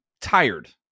tired